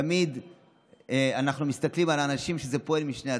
תמיד אנחנו מסתכלים על אנשים שזה פועל משני הצדדים.